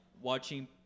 watching